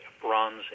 Bronze